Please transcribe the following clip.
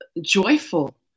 joyful